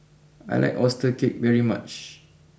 I like Oyster Cake very much